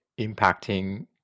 impacting